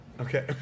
Okay